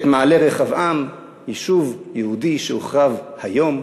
את מעלה-רחבעם, יישוב יהודי שהוחרב היום,